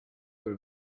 her